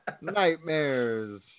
Nightmares